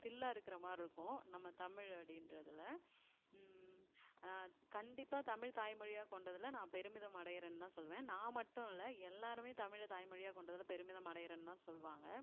திரில்லாக இருக்கிற மாதிரி இருக்கும் நம்ம தமிழ் அப்படின்றதுல கண்டிப்பாக தமிழ் தாய்மொழியாக கொண்டதில் நான் பெருமிதம் அடையிறேன்னு தான் சொல்லுவேன் நான் மட்டும் இல்லை எல்லோருமே தமிழை தாய்மொழியாக கொண்டதில் பெருமிதம் அடையுறேன்னு தான் சொல்வாங்க